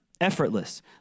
Effortless